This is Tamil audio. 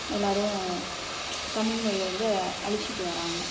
எல்லோரும் தமிழ் மொழிய வந்து அழிச்சிட்டு வர்றாங்க